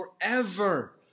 forever